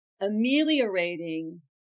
ameliorating